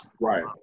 Right